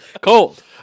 Cold